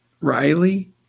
riley